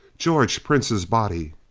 george prince's body,